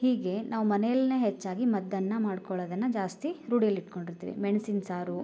ಹೀಗೆ ನಾವು ಮನೆಯಲ್ಲಿನೇ ಹೆಚ್ಚಾಗಿ ಮದ್ದನ್ನ ಮಾಡ್ಕೊಳೋದನ್ನ ಜಾಸ್ತಿ ರೂಢಿಯಲ್ಲಿಟ್ಕೊಂಡಿರ್ತೀವಿ ಮೆಣಸಿನ ಸಾರು